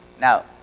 Now